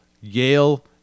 Yale